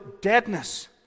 deadness